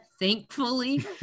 thankfully